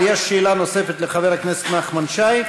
אבל יש שאלה נוספת לחבר הכנסת נחמן שי,